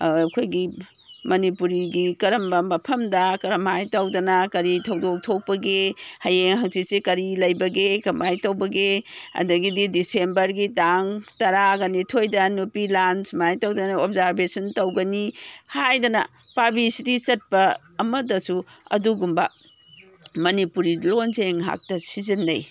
ꯑꯩꯈꯣꯏꯒꯤ ꯃꯅꯤꯄꯨꯔꯤꯒꯤ ꯃꯔꯝꯕ ꯃꯐꯝꯗ ꯀꯔꯝ ꯍꯥꯏ ꯇꯧꯗꯅ ꯀꯔꯤ ꯊꯧꯗꯣꯛ ꯊꯣꯛꯄꯒꯦ ꯍꯌꯦꯡ ꯍꯪꯆꯤꯠꯁꯦ ꯀꯔꯤ ꯂꯩꯕꯒꯦ ꯀꯃꯥꯏꯅ ꯇꯧꯕꯒꯦ ꯑꯗꯒꯤꯗꯤ ꯗꯤꯁꯦꯝꯕꯔꯒꯤ ꯇꯥꯡ ꯇꯔꯥꯒ ꯅꯤꯊꯣꯏꯗ ꯅꯨꯄꯤ ꯂꯥꯟ ꯁꯨꯃꯥꯏꯅ ꯇꯧꯗꯅ ꯑꯣꯕꯖꯥꯔꯕꯦꯁꯟ ꯇꯧꯒꯅꯤ ꯍꯥꯏꯗꯅ ꯄꯥꯕ꯭ꯂꯤꯁꯤꯇꯤ ꯆꯠꯄ ꯑꯃꯗꯁꯨ ꯑꯗꯨꯒꯨꯝꯕ ꯃꯅꯤꯄꯨꯔꯤ ꯂꯣꯟꯁꯦ ꯉꯥꯛꯇ ꯁꯤꯖꯤꯟꯅꯩ